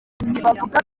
ntibavuga